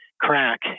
crack